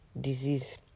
disease